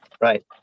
Right